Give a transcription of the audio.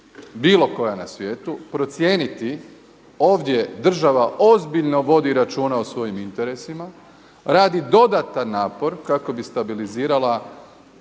bilo koja na svijetu procijeniti ovdje država ozbiljno vodi računa o svojim interesima, radi dodatan napor kako bi stabilizirala